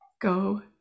go